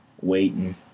waiting